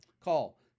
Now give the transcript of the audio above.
Call